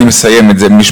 אני מסיים את זה במשפט.